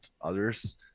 others